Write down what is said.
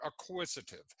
acquisitive